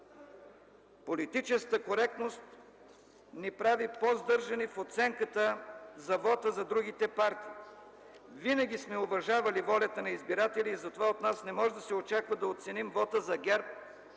Политическата коректност ни прави по-сдържани в оценката за вота за другите партии. Винаги сме уважавали волята на избирателя, затова от нас не може да се очаква да оценим вота за ГЕРБ